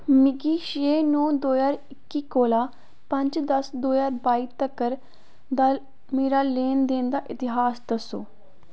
मिगी छे नौ दो ज्हार इक्की कोलां पंज दस दो ज्हार बाई तक्कर दा मेरा लैन देन दा इतिहास दस्सो